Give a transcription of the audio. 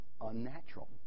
unnatural